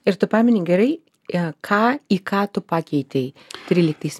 ir tu pameni gerai ką į ką tu pakeitei tryliktais